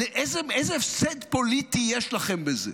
איזה הפסד פוליטי יש לכם בזה?